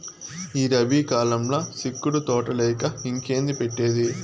ఈ రబీ కాలంల సిక్కుడు తోటలేయక ఇంకేంది పెట్టేది